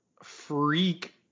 freak